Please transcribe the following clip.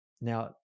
Now